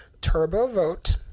TurboVote